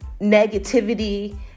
negativity